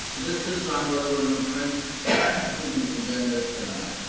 this is on whether we're gonna print excuse me, agendas or not.